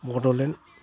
Bodoland